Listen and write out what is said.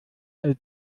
als